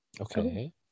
Okay